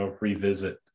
revisit